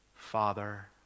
Father